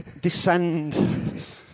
descend